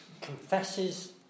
confesses